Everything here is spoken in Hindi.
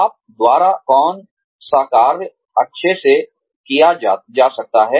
आप द्वारा कौन सा कार्य अच्छे से किया जा सकता है